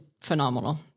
phenomenal